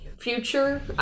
future